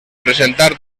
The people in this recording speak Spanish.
presentar